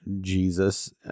Jesus